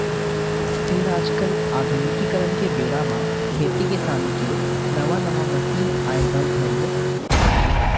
फेर आज काल आधुनिकीकरन के बेरा म खेती किसानी के नवा नवा मसीन आए बर धर लिस